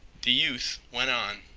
the youth went on.